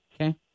okay